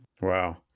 Wow